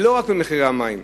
ולא רק במחירי המים,